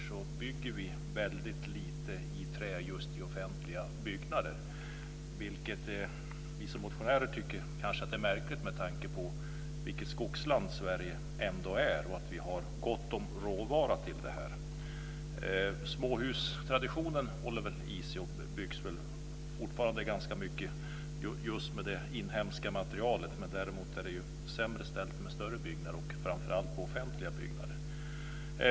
Det byggs mycket lite i trä i offentliga byggnader, vilket vi motionärer tycker är märkligt med tanke på det skogsland som Sverige är, med gott om träråvara. Småhustraditionen håller i sig, och det byggs fortfarande ganska mycket med användande av inhemskt material, men det är sämre ställt med större byggnader, framför allt med offentliga byggnader.